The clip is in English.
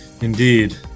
Indeed